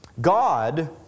God